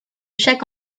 chaque